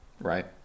right